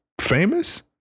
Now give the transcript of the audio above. famous